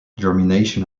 germination